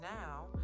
now